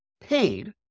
paid